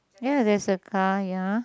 ya there's a car ya